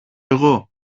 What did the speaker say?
εγώ